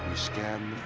scan